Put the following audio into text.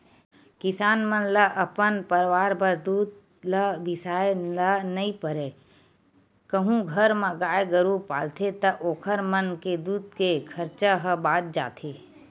किसान मन ल अपन परवार बर दूद ल बिसाए ल नइ परय कहूं घर म गाय गरु पालथे ता ओखर मन के दूद के खरचा ह बाच जाथे